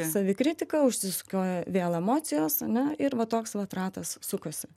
savikritika užsisukioja vėl emocijos ane ir va toks vat ratas sukasi